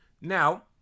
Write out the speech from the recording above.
Now